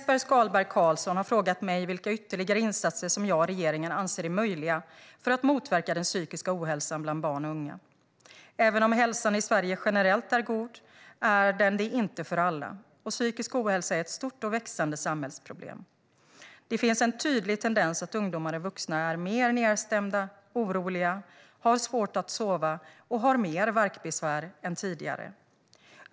Fru talman! har frågat mig vilka ytterligare insatser som jag och regeringen anser är möjliga för att motverka den psykiska ohälsan bland barn och unga. Även om hälsan i Sverige generellt sett är god är den inte det för alla, och psykisk ohälsa är ett stort och växande samhällsproblem. Det finns en tydlig tendens att ungdomar och unga vuxna är mer nedstämda, är mer oroliga, har svårare att sova och har mer värkbesvär än tidigare.